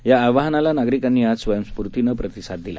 या आवाहनाला नागरिकांनी आज स्वयंस्फूर्तीनं प्रतिसाद दिला